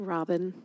Robin